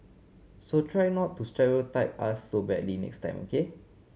so try not to stereotype us so badly next time K